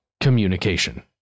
Communication